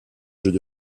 jeux